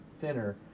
thinner